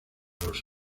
los